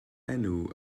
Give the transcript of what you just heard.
enw